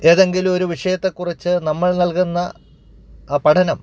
ഏതെങ്കിലുമൊരു വിഷയത്തെക്കുറിച്ച് നമ്മൾ നൽകുന്ന പഠനം